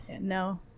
No